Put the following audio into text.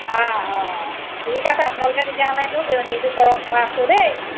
অঁ অঁ ঠিক আছে আপোনালোকে তেতিয়াহ'লে সেইটো হেৰিটো কৰক মই আছোঁ দেই